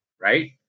right